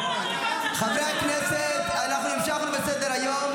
חברי הכנסת, אנחנו המשכנו בסדר-היום.